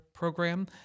program